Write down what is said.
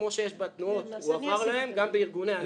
כמו שיש בתנועות, שיועבר לארגונים כמו לתנועות.